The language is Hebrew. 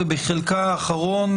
ובחלקה האחרון,